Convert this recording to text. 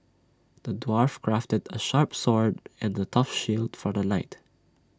the dwarf crafted A sharp sword and A tough shield for the knight